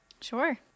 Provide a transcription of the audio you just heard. Sure